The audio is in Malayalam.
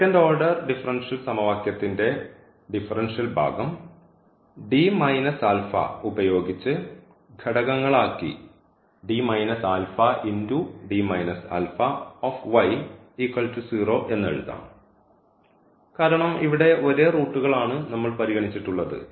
സെക്കൻഡ് ഓർഡർ ഡിഫറൻഷ്യൽ സമവാക്യത്തിൻറെ ഡിഫറൻഷ്യൽ ഭാഗം ഉപയോഗിച്ച് ഘടകങ്ങളാക്കി എന്ന് എഴുതാം കാരണം ഇവിടെ ഒരേ റൂട്ടുകൾ ആണ് നമ്മൾ പരിഗണിച്ചിട്ടുള്ളത്